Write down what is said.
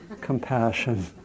compassion